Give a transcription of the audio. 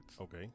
Okay